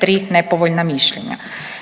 te 3 nepovoljna mišljenja.